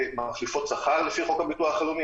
מחליפות שכר לפי חוק הביטוח הלאומי.